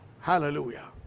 hallelujah